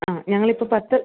ആ ഞങ്ങൾ ഇപ്പോൾ പത്ത്